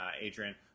Adrian